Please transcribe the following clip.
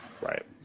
Right